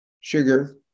sugar